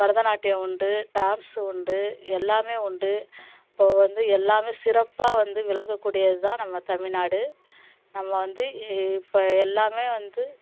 பரத நாட்டியம் உண்டு டான்ஸ்ஸு உண்டு எல்லாமே உண்டு இப்போ வந்து எல்லாமே சிறப்பாக வந்து விளங்கக்கூடியது தான் நம்ம தமிழ்நாடு நம்ம வந்து இப்போ எல்லாமே வந்து